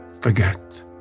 forget